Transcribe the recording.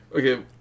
Okay